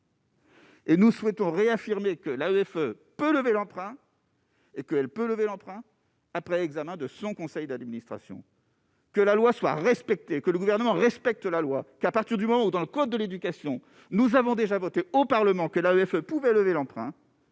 Et nous souhaitons réaffirmer que la greffe peut lever l'emprunt et que elle peut lever l'emprunt après examen de son conseil d'administration. Que la loi soit respectée et que le gouvernement respecte la loi, qu'à partir du moment où, dans le code de l'éducation, nous avons déjà voté au Parlement que l'AMF pouvait lever l'emprunt,